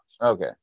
Okay